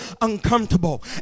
uncomfortable